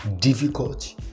Difficult